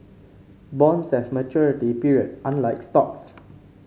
bonds have maturity period unlike stocks